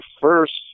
first